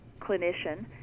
clinician